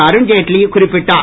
அருண்ஜேட்லி குறிப்பிட்டார்